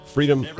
Freedom